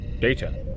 Data